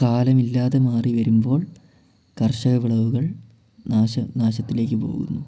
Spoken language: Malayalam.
കാലമില്ലാതെ മാറി വരുമ്പോൾ കർഷക വിളവുകൾ നാശ നാശത്തിലേക്ക് പോകുന്നു